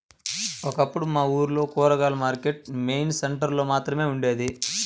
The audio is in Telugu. ఒకప్పుడు మా ఊర్లో కూరగాయల మార్కెట్టు మెయిన్ సెంటర్ లో మాత్రమే ఉండేది